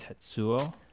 Tetsuo